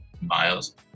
miles